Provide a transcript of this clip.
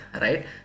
Right